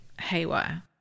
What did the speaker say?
haywire